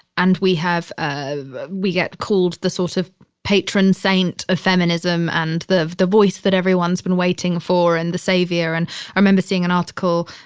and we have, ah we get called the sort of patron saint of feminism and the the voice that everyone's been waiting for and the savior. and i remember seeing an article,